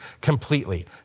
completely